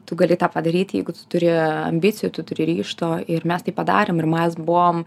tu gali tą padaryti jeigu tu turi ambicijų tu turi ryžto ir mes tai padarėm ir mes buvom